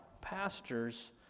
pastors